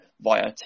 via